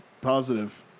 positive